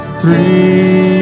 three